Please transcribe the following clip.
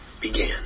began